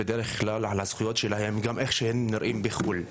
על הזכויות שלהם וגם איך הם נראים בחו"ל.